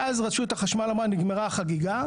ואז רשות החשמל אמרה: נגמרה החגיגה.